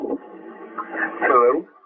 Hello